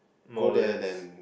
more or less